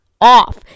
off